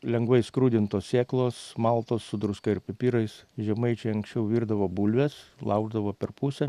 lengvai skrudintos sėklos maltos su druska ir pipirais žemaičiai anksčiau virdavo bulves laukdavo per pusę